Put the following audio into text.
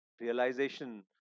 realization